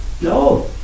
no